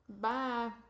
bye